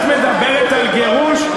את מדברת על גירוש,